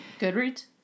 Goodreads